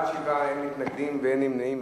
אין מתנגדים ואין נמנעים.